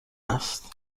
است